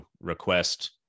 request